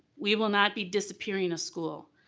we will not be disappearing a school.